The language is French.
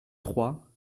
trois